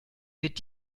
wird